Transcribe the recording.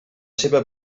seva